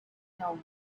know